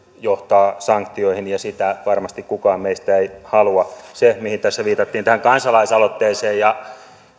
johtaa sanktioihin ja sitä varmasti kukaan meistä ei halua tässä viitattiin tähän kansalaisaloitteeseen ja